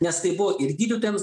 nes tai buvo ir gydytojams